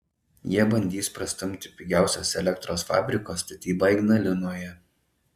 jie bandys prastumti pigiausios elektros fabriko statybą ignalinoje